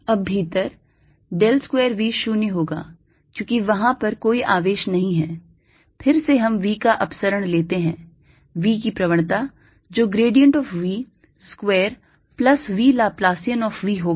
अब भीतर del square V 0 होगा क्योंकि वहां पर कोई आवेश नहीं है फिर से हम V का अपसरण लेते हैं V की प्रवणता जो grad of V square plus V Laplacian of V होगा